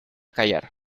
callar